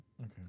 Okay